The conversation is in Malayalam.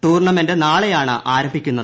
ടൂർണ്മെന്റ് നാളെയാണ് ആരംഭിക്കുന്നത്